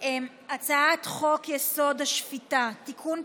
הצעת חוק-יסוד השפיטה (תיקון,